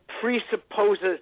presupposes